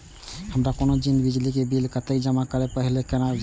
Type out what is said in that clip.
हमर कोनो भी जेना की बिजली के बिल कतैक जमा करे से पहीले केना जानबै?